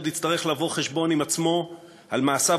עוד יצטרך לבוא חשבון עם עצמו על מעשיו